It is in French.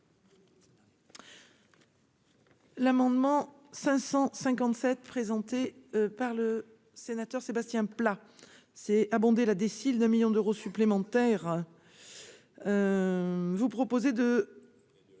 L'amendement 557 présentée par le sénateur Sébastien Pla c'est abondé la décide de millions d'euros supplémentaires, vous proposez de.